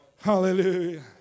hallelujah